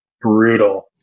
brutal